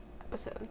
episode